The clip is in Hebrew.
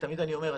תמיד אני אומר,